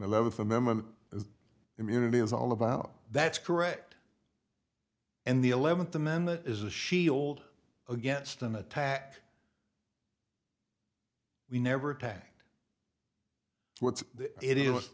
i love a member of the immunity is all about that's correct and the eleventh amendment is a shield against an attack we never attack what's it is